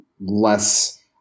less